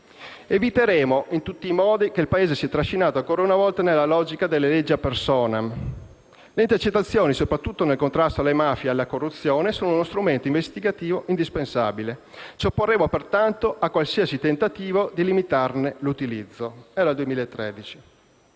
«Eviteremo in tutti i modi che il Paese sia trascinato ancora una volta nella logica delle leggi *ad personam*. Le intercettazioni, soprattutto nel contrasto alle mafie e alla corruzione, sono uno strumento investigativo indispensabile. Ci opporremo, pertanto, a qualsiasi tentativo (...) di limitarne l'utilizzo». Era il 2013.